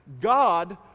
God